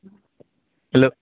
hello